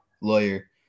lawyer